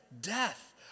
Death